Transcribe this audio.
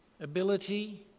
ability